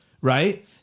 right